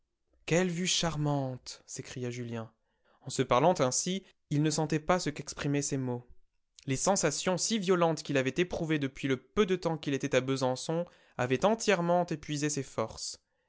quelle vue charmante s'écria julien en se parlant ainsi il ne sentait pas ce qu'exprimaient ces mots les sensations si violentes qu'il avait éprouvées depuis le peu de temps qu'il était à besançon avaient entièrement épuisé ses forces